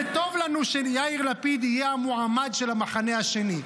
זה טוב לנו שיאיר לפיד יהיה המועמד של המחנה השני,